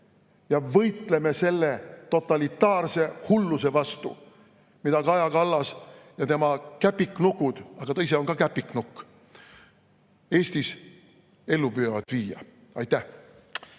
ja võitleme selle totalitaarse hulluse vastu, mida Kaja Kallas ja tema käpiknukud – ta ise on ka käpiknukk! – Eestis ellu püüavad viia. Aitäh!